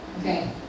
Okay